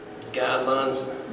guidelines